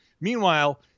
Meanwhile